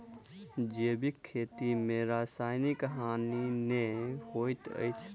जैविक खेती में रासायनिक हानि नै होइत अछि